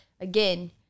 Again